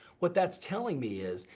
what that's telling me is,